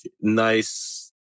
nice